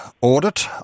audit